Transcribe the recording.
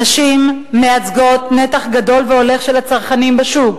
נשים מייצגות נתח גדל והולך של הצרכנים בשוק.